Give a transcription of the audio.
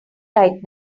right